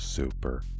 Super